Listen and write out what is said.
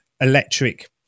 electric